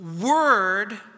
word